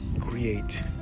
create